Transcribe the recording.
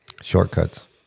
Shortcuts